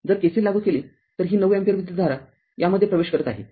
जर KCL लागू केले तर ही ९ अँपिअर विद्युतधारा यामध्ये प्रवेश करत आहे